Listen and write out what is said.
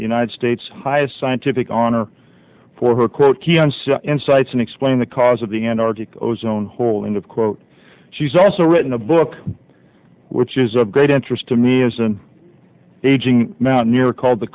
united states highest scientific on her for her quote key on some insights and explain the cause of the antarctic ozone hole in the quote she's also written a book which is of great interest to me as an aging mountain here called the